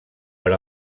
per